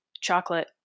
chocolate